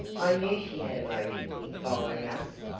i knew she had a motive in following us!